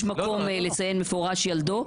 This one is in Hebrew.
יש מקום לציין במפורש ילדו.